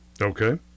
Okay